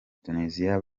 tunisia